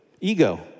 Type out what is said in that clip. ego